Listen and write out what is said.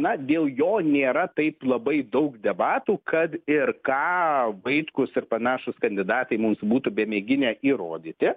na dėl jo nėra taip labai daug debatų kad ir ką vaitkus ir panašūs kandidatai mūsų būtų bemėginę įrodyti